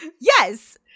Yes